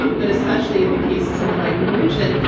um but especially in the case of someone like mnuchin,